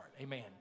Amen